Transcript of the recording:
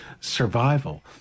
survival